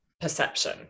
perception